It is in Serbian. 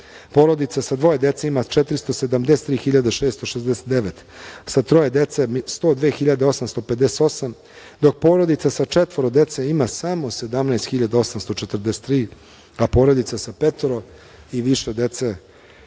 porodica sa dvoje dece ima 473. 669, sa troje dece 102.858, dok porodice sa četvoro dece ima samo 17.843, a porodice sa petoro i više dece